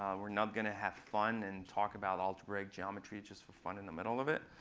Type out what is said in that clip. we're not going to have fun and talk about algebraic geometry just for fun in the middle of it.